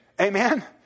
Amen